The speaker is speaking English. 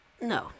no